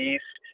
East